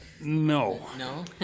No